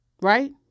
right